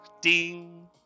Ding